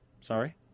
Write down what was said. Sorry